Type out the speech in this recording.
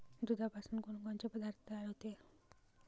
दुधापासून कोनकोनचे पदार्थ तयार होते?